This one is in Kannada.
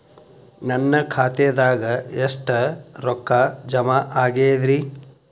ನನ್ನ ಖಾತೆದಾಗ ಎಷ್ಟ ರೊಕ್ಕಾ ಜಮಾ ಆಗೇದ್ರಿ?